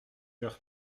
leur